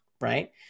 right